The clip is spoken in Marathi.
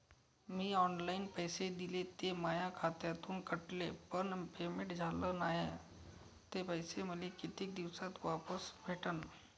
मीन ऑनलाईन पैसे दिले, ते माया खात्यातून कटले, पण पेमेंट झाल नायं, ते पैसे मले कितीक दिवसात वापस भेटन?